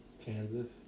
Kansas